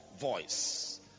voice